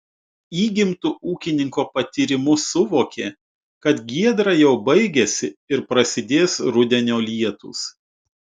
įgimtu ūkininko patyrimu suvokė kad giedra jau baigiasi ir prasidės rudenio lietūs